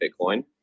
Bitcoin